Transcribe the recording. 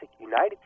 United